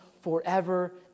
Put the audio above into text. forever